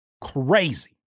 Crazy